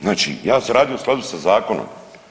Znači ja sam radio u skladu sa zakonom.